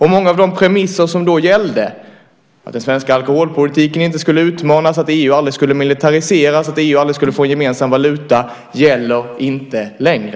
Och många av de premisser som då gällde, att den svenska alkoholpolitiken inte skulle utmanas, att EU aldrig skulle militariseras och att EU aldrig skulle få en gemensam valuta, gäller inte längre.